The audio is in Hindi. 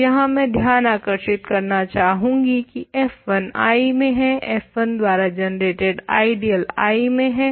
तो यहाँ मैं ध्यान आकर्षित करना चाहूंगी की f1 I में है f1 द्वारा जनरेटेड आइडियल I में है